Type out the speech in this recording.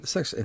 Sex